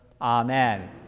Amen